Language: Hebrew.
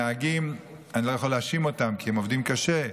את הנהגים אני לא יכול להאשים, כי הם עובדים קשה,